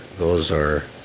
those are